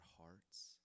hearts